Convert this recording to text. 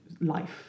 life